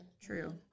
True